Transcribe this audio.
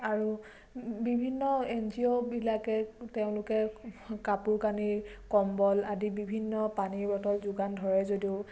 আৰু বিভিন্ন N G O বিলাকে তেওঁলোকে কাপোৰ কানি কম্বল আদি বিভিন্ন পানীবটল যোগান ধৰে যদিও